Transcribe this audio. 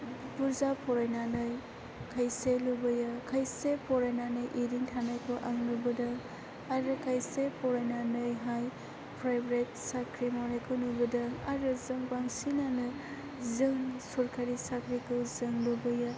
बुरजा फरायनानै खायसे लुबैयो खायसे फरायनानै एरैनो थानायबो आं नुबोदों आरो खायसे फरायनानैहाय प्राइभेट साख्रि मावनायखौ नुबोदों आरो जों बांसिनानो जों सरकारि साख्रिखौ जों लुबैयो